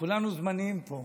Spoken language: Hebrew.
כולנו זמניים פה.